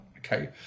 Okay